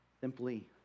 simply